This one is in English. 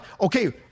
Okay